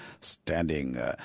standing